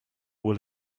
will